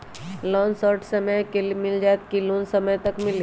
Loan short समय मे मिल जाएत कि लोन समय तक मिली?